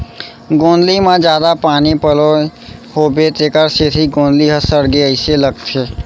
गोंदली म जादा पानी पलोए होबो तेकर सेती गोंदली ह सड़गे अइसे लगथे